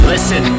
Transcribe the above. Listen